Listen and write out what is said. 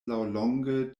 laŭlonge